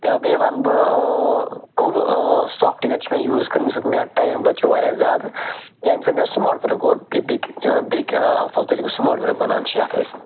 تہٕ بییٚہِ ونہٕ بہٕ ٲں کٕم ٲں سافٹویر چھِ مےٚ یوٗز کرمٕتۍ ییٚمہِ سۭتۍ مےٚ ٹایِم بچیٛوو واریاہ زیادٕ ییٚمہِ سۭتۍ مےٚ سٕمارٹ ورٕک گوٚو بیٚکہِ ٲں بیٚکہِ ٲں الفاط طریٖقہٕ سٕمارٹ ورٕک ونان چھِ یتھ أسۍ